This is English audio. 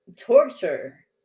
torture